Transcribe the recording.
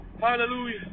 Hallelujah